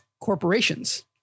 corporations